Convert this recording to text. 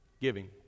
Giving